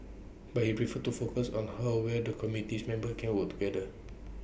but he preferred to focus on how well the committees members can work together